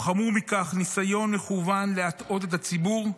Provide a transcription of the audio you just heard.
או חמור מכך, ניסיון מכוון להטעות את הציבור.